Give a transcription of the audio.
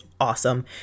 awesome